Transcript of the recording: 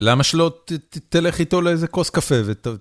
למה שלא תלך איתו לאיזה כוס קפה ות...